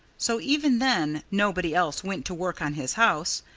so even then nobody else went to work on his house,